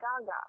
Gaga